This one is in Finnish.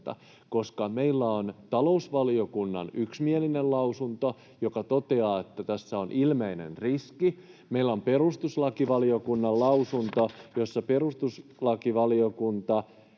Meillä on talousvaliokunnan yksimielinen lausunto, joka toteaa, että tässä on ilmeinen riski. Meillä on perustuslakivaliokunnan lausunto, jossa perustuslakivaliokunta